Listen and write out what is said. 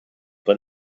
but